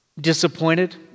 disappointed